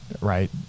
right